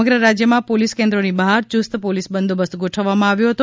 સમગ્ર રાજ્યમાં પોલીસ કેન્દ્રોની બહાર યુસ્ત પોલીસ બંદોબસ્ત ગોઠવવામાં આવ્યો હતો